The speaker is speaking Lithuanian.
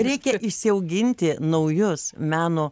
reikia išsiauginti naujus meno